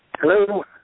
Hello